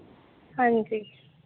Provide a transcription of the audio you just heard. ਹਾਂਜੀ